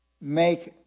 make